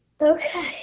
Okay